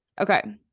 Okay